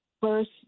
first